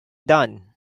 done